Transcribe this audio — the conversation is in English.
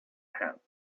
help